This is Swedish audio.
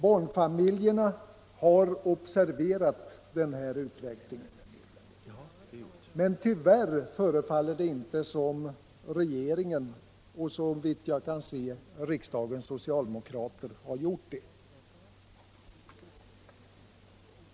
Barnfamiljerna har observerat den utvecklingen, men tyvärr förefaller det inte som om regeringen och så vitt jag kan se riksdagens socialdemokrater har gjort det.